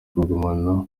kugumana